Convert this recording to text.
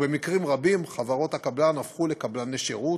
ובמקרים רבים חברות הקבלן הפכו ל"קבלני שירות"